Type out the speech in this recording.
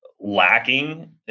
lacking